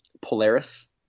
Polaris